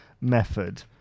method